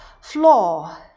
floor